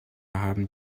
haben